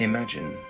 Imagine